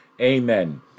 Amen